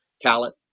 talent